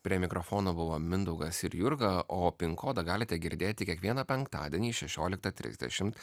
prie mikrofono buvo mindaugas ir jurga o pin kodą galite girdėti kiekvieną penktadienį šešioliktą trisdešim